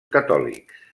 catòlics